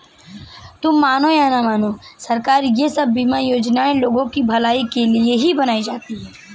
तुम मानो या न मानो, सरकार ये सब बीमा योजनाएं लोगों की भलाई के लिए ही बनाती है